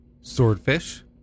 Swordfish